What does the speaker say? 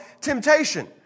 temptation